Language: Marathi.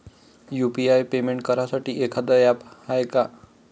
यू.पी.आय पेमेंट करासाठी एखांद ॲप हाय का?